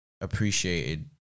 appreciated